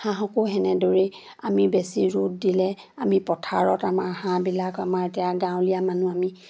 হাঁহকো সেনেদৰেই আমি বেছি ৰ'দ দিলে আমি পথাৰত আমাৰ হাঁহবিলাক আমাৰ এতিয়া গাঁৱলীয়া মানুহ আমি